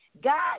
God